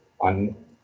on